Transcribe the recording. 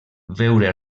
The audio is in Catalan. veure